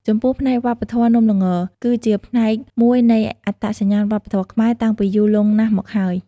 ចំពោះផ្នែកវប្បធម៌នំល្ង គឺជាផ្នែកមួយនៃ អត្តសញ្ញាណវប្បធម៌ខ្មែរ តាំងពីយូរលង់ណាស់មកហើយ។